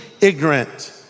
ignorant